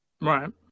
right